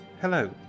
Hello